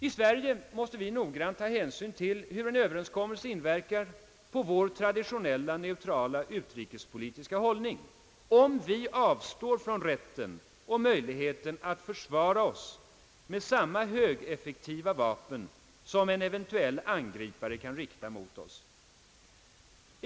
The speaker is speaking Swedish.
I Sverige måste vi noggrant ta hänsyn: till hur en överenskommelse inverkar på vår traditionella neutrala utrikespolitiska hållning, om vi avstår från rätten och möjligheten att försvara oss med samma högeffektiva vapen som en eventuell angripare kan rikta mot oss.